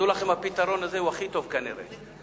הפתרון הזה הוא כנראה הכי טוב.